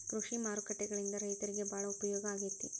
ಕೃಷಿ ಮಾರುಕಟ್ಟೆಗಳಿಂದ ರೈತರಿಗೆ ಬಾಳ ಉಪಯೋಗ ಆಗೆತಿ